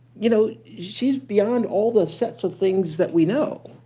you know she's beyond all the sets of things that we know.